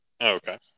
Okay